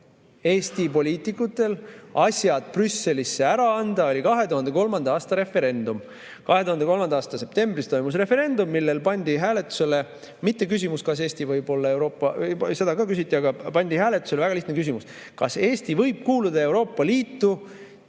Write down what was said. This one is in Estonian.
Eesti poliitikutel asjad Brüsselisse ära anda, oli 2003. aasta referendum. 2003. aasta septembris toimus referendum, millel pandi hääletusele mitte küsimus, kas Eesti võib olla Euroopa Liidu liige – seda ka küsiti –, aga pandi hääletusele väga lihtne küsimus: kas Eesti võib kuuluda Euroopa Liitu